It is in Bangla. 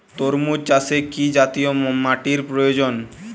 তরমুজ চাষে কি জাতীয় মাটির প্রয়োজন?